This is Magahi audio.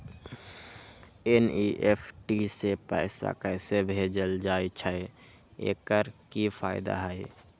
एन.ई.एफ.टी से पैसा कैसे भेजल जाइछइ? एकर की फायदा हई?